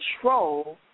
control